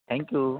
thank you